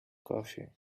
coffee